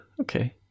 okay